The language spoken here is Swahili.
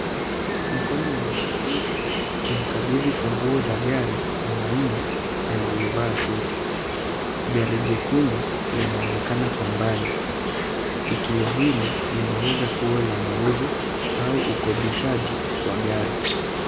Mkono wa mwanamke ukimkabidhi funguo za gari mwanaume aliyevaa suti. Gari jekundu linaonekana kwa mbali. Tukio hili linaweza kuwa la mauzo au ukodishaji wa gari.